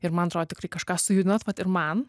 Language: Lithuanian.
ir man atrodo tikrai kažką sujudinot vat ir man